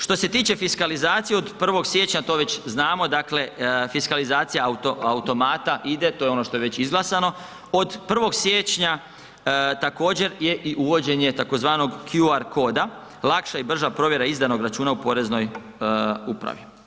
Što se tiče fiskalizacije, od 1. siječnja to već znamo, dakle fiskalizacija automata ide, to je ono što je već izglasano, od 1. siječnja također je i uvođenje tzv. QR koda, lakša i brža provjera izdanog računa u poreznoj upravi.